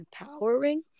empowering